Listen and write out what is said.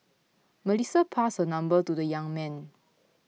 Melissa passed her number to the young man